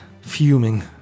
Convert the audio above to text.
fuming